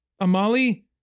Amali